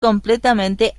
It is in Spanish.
completamente